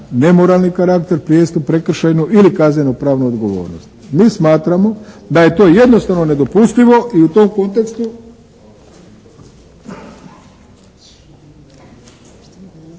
nemoralni karakter, prijestup, prekršajnu ili kazneno-pravnu odgovornost. Mi smatramo da je to jednostavno nedopustivo i u tom kontekstu